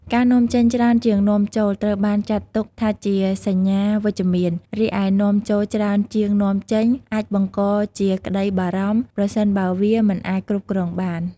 ការនាំចេញច្រើនជាងនាំចូល ត្រូវបានចាត់ទុកថាជាសញ្ញាវិជ្ជមាន រីឯនាំចូលច្រើនជាងនាំចេញ អាចបង្កជាក្តីបារម្ភ ប្រសិនបើវាមិនអាចគ្រប់គ្រងបាន។